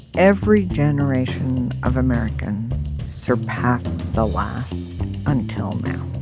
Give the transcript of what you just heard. every generation of americans surpassed the loss until now.